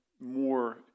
more